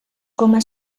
coma